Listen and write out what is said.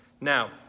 Now